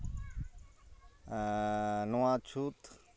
ᱱᱚᱣᱟ ᱪᱷᱩᱸᱛ